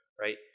right